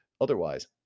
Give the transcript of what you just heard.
otherwise